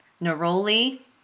neroli